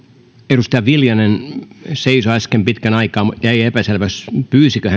edustaja viljanen seisoi äsken pitkän aikaa jäi epäselväksi pyysikö hän